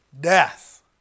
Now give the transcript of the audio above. death